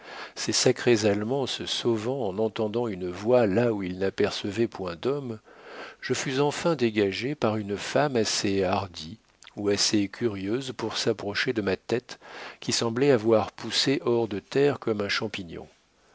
ces sacrés allemands se sauvant en entendant une voix là où ils n'apercevaient point d'homme je fus enfin dégagé par une femme assez hardie ou assez curieuse pour s'approcher de ma tête qui semblait avoir poussé hors de terre comme un champignon